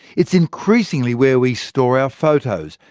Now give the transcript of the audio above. it's increasingly where we store our photos,